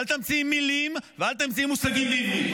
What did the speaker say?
אל תמציאי מילים ואל תמציאי מושגים בעברית.